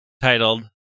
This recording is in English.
titled